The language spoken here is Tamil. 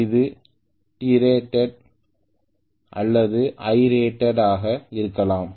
இது Terated அல்லது Lrated ஆக இருக்கலாம்